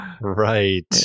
Right